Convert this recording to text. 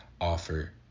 offer